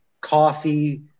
coffee